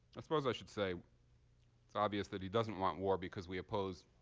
i suppose i should say it's obvious that he doesn't want war because we oppose